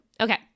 Okay